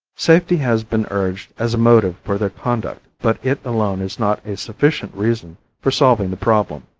safety has been urged as a motive for their conduct but it alone is not a sufficient reason for solving the problem.